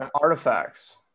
Artifacts